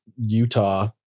Utah